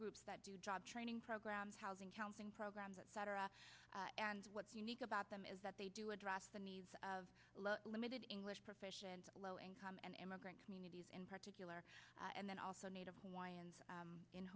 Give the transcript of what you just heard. groups that do job training programs housing counseling programs etc and what's unique about them is that they do address the needs of limited english proficiency low income and immigrant communities in particular and then also native hawaiian